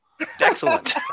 Excellent